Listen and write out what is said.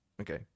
Okay